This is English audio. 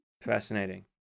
fascinating